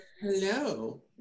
Hello